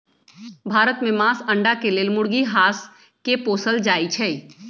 भारत में मास, अण्डा के लेल मुर्गी, हास के पोसल जाइ छइ